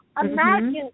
imagine